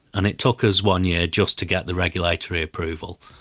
and it took us one year just to get the regulatory approval.